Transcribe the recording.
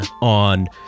on